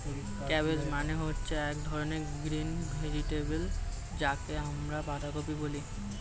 cabbage মানে হচ্ছে এক ধরনের গ্রিন ভেজিটেবল যাকে আমরা বাঁধাকপি বলি